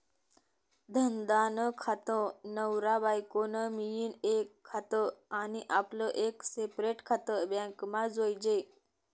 धंदा नं खातं, नवरा बायको नं मियीन एक खातं आनी आपलं एक सेपरेट खातं बॅकमा जोयजे